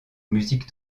musique